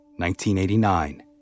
1989